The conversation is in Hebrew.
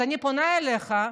אז אני פונה אליך,